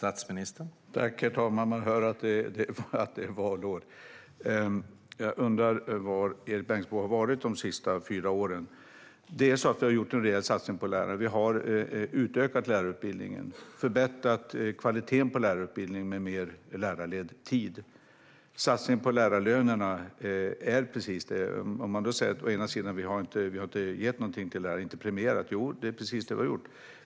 Herr talman! Man hör att det är valår. Jag undrar var Erik Bengtzboe har varit de senaste fyra åren. Vi har gjort en rejäl satsning på lärare. Vi har utökat lärarutbildningen och förbättrat kvaliteten på lärarutbildningen med mer lärarledd tid. Satsningen på lärarlönerna är precis det. Man säger att vi inte har gett någonting till lärarna, att vi inte har premierat. Jo, det är precis det vi har gjort.